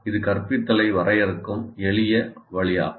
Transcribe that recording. இது கற்பித்தலை வரையறுக்கும் எளிய வழியாகும்